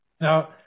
Now